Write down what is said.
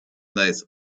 nice